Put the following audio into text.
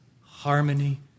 harmony